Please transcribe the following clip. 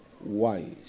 wise